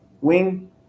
wing